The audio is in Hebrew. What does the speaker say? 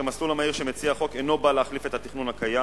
כי המסלול המהיר שמציע החוק אינו בא להחליף את התכנון הקיים.